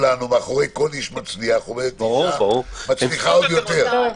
מאחורי כל איש מצליח עומדת אישה מצליחה עוד יותר.